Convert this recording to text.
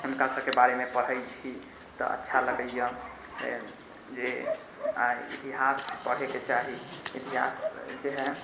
हुनका सबके बारेमे पढ़ै छी तऽ अच्छा लगैए जे आइ इतिहास पढ़ैके चाही इतिहास जे हय